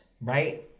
Right